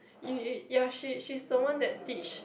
y~ y~ ya she she's the one that teach